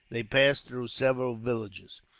they passed through several villages.